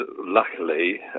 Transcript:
luckily